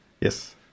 yes